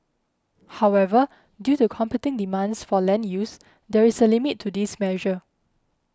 however due to competing demands for land use there is a limit to this measure